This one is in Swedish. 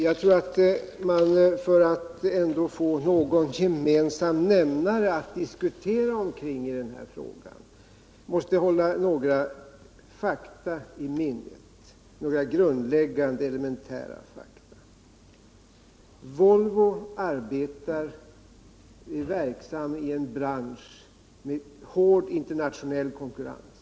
Jag tror att man för att ändå få någon gemensam nämnare att diskutera kring i detta ärende, måste hålla några grundläggande elementära fakta i minnet. Volvo är verksamt i en bransch med hård internationell konkurrens.